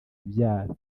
ibyara